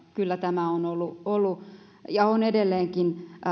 kyllä tämä on ollut ollut ja on edelleenkin